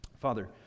Father